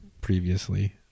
previously